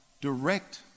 direct